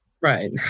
Right